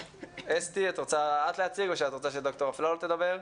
אסתי, את רוצה להציג או שאת רוצה שד"ר אפללו תדבר?